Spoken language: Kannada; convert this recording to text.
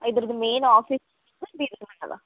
ಇದ್ರದ್ದು ಮೇನ್ ಆಫೀಸ್ ಬೀದರ್ನಾಗ ಅದ